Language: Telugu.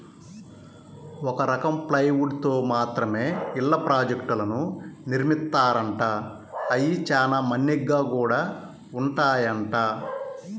ఒక రకం ప్లైవుడ్ తో మాత్రమే ఇళ్ళ ప్రాజెక్టులను నిర్మిత్తారంట, అయ్యి చానా మన్నిగ్గా గూడా ఉంటాయంట